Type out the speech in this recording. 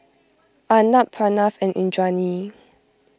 Arnab Pranav and Indranee